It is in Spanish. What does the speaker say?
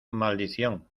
maldición